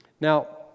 Now